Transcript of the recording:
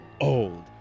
old